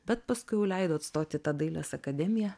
bet paskui jau leidot stot į tą dailės akademiją